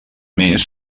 més